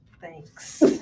Thanks